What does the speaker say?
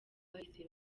bahise